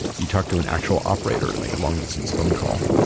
you talked to an actual operator to make a long-distance phone call.